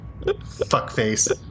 Fuckface